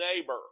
neighbor